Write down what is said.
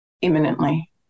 imminently